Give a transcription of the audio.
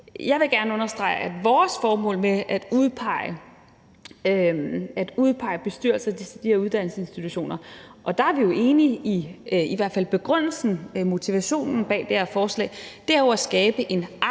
Jeg vil gerne understrege, at vores formål med at udpege bestyrelser til de her uddannelsesinstitutioner – og der er vi jo i hvert fald enige i begrundelsen for, motivationen bag det her forslag – jo er at skabe en armslængde